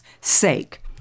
sake